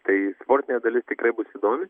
tai sportinė dalis tikrai bus įdomi